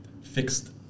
fixed